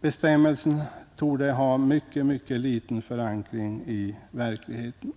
Bestämmelsen torde ha mycket liten förankring i verkligheten.